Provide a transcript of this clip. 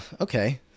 okay